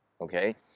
okay